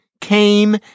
came